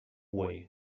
way